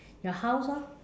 your house orh